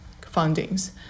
fundings